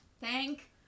Thank